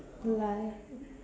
love